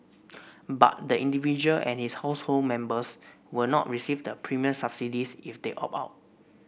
but the individual and his household members will not receive the premium subsidies if they opt out